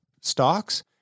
stocks